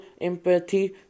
empathy